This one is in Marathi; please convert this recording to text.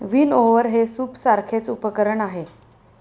विनओवर हे सूपसारखेच उपकरण आहे